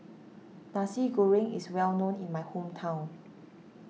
Nasi Goreng is well known in my hometown